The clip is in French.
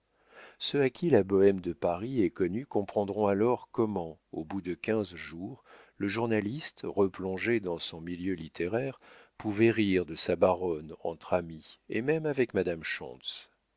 ceux à qui la bohême de paris est connue comprendront alors comment au bout de quinze jours le journaliste replongé dans son milieu littéraire pouvait rire de sa baronne entre amis et même avec madame